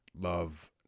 love